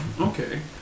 Okay